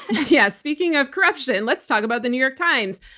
yes. speaking of corruption, and let's talk about the new york times.